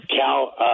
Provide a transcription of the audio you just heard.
Cal